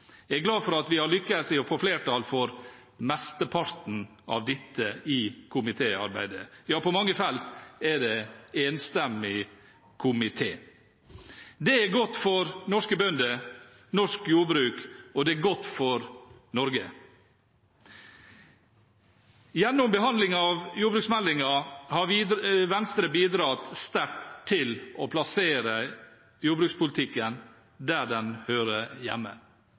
Jeg er glad for at vi har lyktes i å få flertall for mesteparten av dette i komitéarbeidet. Ja, på mange felt er det en enstemmig komité. Det er godt for norske bønder og norsk jordbruk, og det er godt for Norge. Gjennom behandlingen av jordbruksmeldingen har Venstre bidratt sterkt til å plassere jordbrukspolitikken der den hører hjemme,